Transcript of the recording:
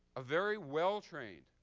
ah very well-trained,